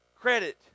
credit